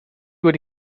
wedi